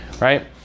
Right